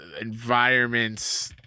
environments